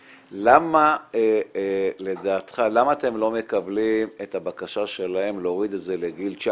למה אתם לא מקבלים את הבקשה שלהם להוריד את זה לגיל 19?